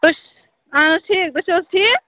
تُہۍ اہن حظ ٹھیٖک تُہۍ چھِو حظ ٹھیٖک